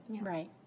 Right